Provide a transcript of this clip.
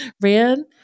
Ran